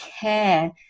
care